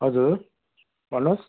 हजुर भन्नुहोस्